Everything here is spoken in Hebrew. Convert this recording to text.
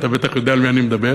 אתה בטח יודע על מי אני מדבר,